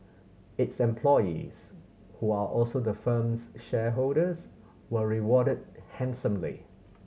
its employees who are also the firm's shareholders were rewarded handsomely